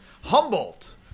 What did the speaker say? Humboldt